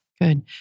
Good